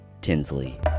Tinsley